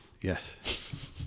yes